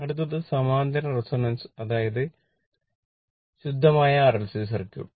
അടുത്തത് സമാന്തര റെസൊണൻസണ് അതാണ് ശുദ്ധമായ RLC സർക്യൂട്ട്